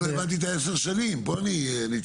לא, אני לא הבנתי את ה-10 שנים, פה אני נתקעתי.